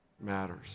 matters